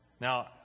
Now